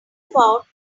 about